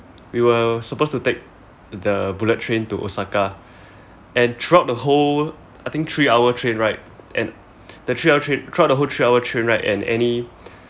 we were supposed to take the bullet train to osaka and throughout the whole I think three hour train ride and the three hour train throughout the three hour train ride and any